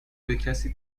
بکسی